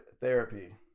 therapy